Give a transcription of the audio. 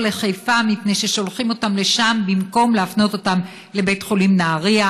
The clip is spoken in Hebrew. לחיפה מפני ששולחים אותם לשם במקום להפנות אותם לבית חולים בנהריה,